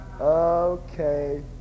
Okay